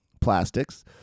plastics